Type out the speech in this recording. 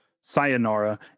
Sayonara